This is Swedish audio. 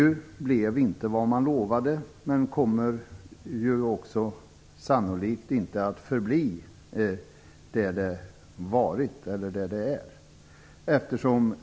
EU blev inte vad man lovade och kommer sannolikt inte att förbli vad det är eller har varit.